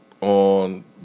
on